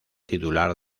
titular